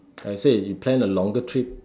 like I said you plan a longer trip